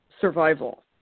survival